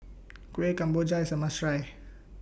Kuih Kemboja IS A must Try